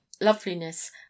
loveliness